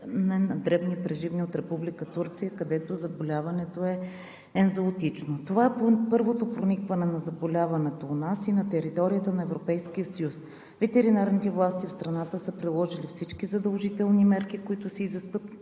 на дребни преживни животни от Република Турция, където заболяването е ензоотично. Това е първото проникване на заболяването у нас и на територията на Европейския съюз. Ветеринарните власти в страната са приложили всички задължителни мерки, които се изискват